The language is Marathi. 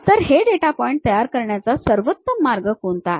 तर हे डेटा पॉइंट तयार करण्याचा सर्वोत्तम मार्ग कोणता आहे